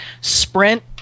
Sprint